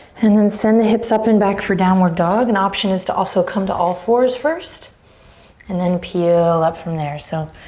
and then send the hips up and back for downward dog. an option is to also come to all fours first and then peel up from there. so